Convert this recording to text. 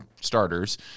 starters